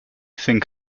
think